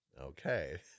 Okay